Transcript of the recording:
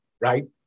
right